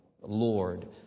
Lord